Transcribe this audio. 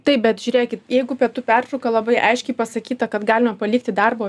taip bet žiūrėkit jeigu pietų pertrauka labai aiškiai pasakyta kad galima palikti darbo